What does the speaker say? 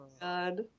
God